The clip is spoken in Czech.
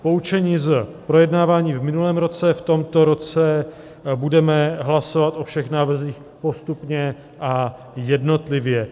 Poučení z projednávání v minulém roce: v tomto roce budeme hlasovat o všech návrzích postupně a jednotlivě.